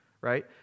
right